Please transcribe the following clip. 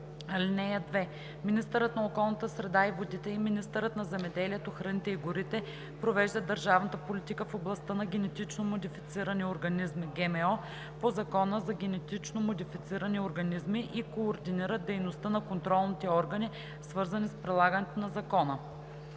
(2) Министърът на околната среда и водите и министърът на земеделието, храните и горите провеждат държавната политика в областта на генетично модифицирани организми (ГМО) по Закона за генетично модифицирани организми и координират дейността на контролните органи, свързани с прилагането на Закона.“